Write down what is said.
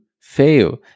fail